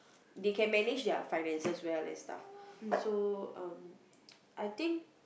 they can manage their finances well and stuff so um I think